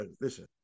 Listen